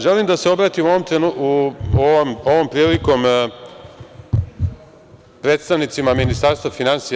Želim da se obratim ovom prilikom predstavnicima Ministarstva finansija.